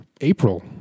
April